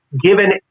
given